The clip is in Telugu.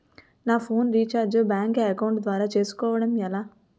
నా ఫోన్ రీఛార్జ్ బ్యాంక్ అకౌంట్ ద్వారా చేసుకోవటం ఎలా?